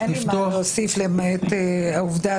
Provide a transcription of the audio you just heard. אין לי מה להוסיף, למעט העובדה